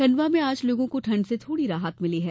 खण्डवा में आज लोगों को ठण्ड से थोड़ी राहत मिली है